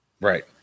Right